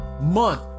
month